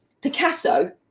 Picasso